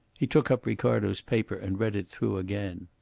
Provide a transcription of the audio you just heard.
he took up ricardo's paper and read it through again.